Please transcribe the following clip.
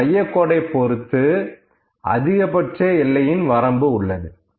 இந்த மையக்கோட்டை பொருத்து அதிகபட்ச எல்லையின் வரம்பு உள்ளது